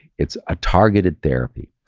it's a targeted therapy.